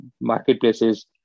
marketplaces